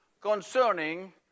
concerning